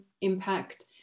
impact